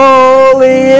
Holy